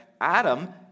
Adam